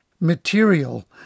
material